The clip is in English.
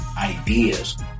ideas